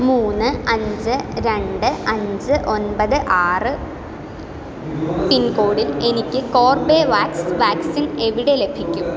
മൂന്ന് അഞ്ച് രണ്ട് അഞ്ച് ഒൻപത് ആറ് പിൻകോഡിൽ എനിക്ക് കോർബെവാക്സ് വാക്സിൻ എവിടെ ലഭിക്കും